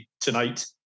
tonight